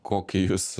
kokį jūs